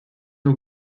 nur